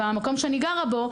המקום שאני גרה בו,